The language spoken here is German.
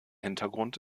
hintergrund